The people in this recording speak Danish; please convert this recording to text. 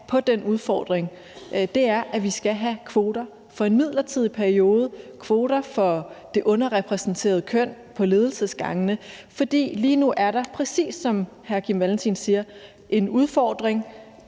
på den udfordring, er, at vi skal have kvoter for en midlertidig periode for det underrepræsenterede køn på ledelsesgangene, for lige nu er der præcis, som hr. Kim Valentin siger, en udfordring,